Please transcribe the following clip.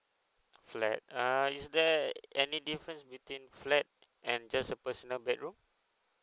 flat uh is there any difference between flat and just a personal bedroom